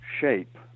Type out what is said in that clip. shape